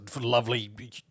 lovely